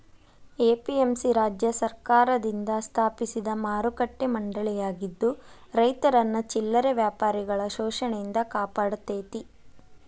APMC ರಾಜ್ಯ ಸರ್ಕಾರದಿಂದ ಸ್ಥಾಪಿಸಿದ ಮಾರುಕಟ್ಟೆ ಮಂಡಳಿಯಾಗಿದ್ದು ರೈತರನ್ನ ಚಿಲ್ಲರೆ ವ್ಯಾಪಾರಿಗಳ ಶೋಷಣೆಯಿಂದ ಕಾಪಾಡತೇತಿ